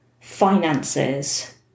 finances